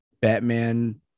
Batman